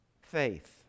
Faith